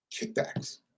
kickbacks